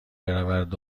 برود